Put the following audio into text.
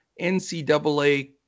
NCAA